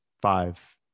five